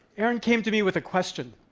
aaron came to me with a question.